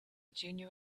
junior